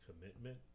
commitment